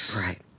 right